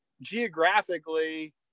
geographically